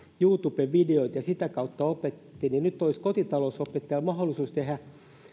youtube videoita ja sitä kautta opetti nyt olisi kotitalousopettajalla mahdollisuus tehdä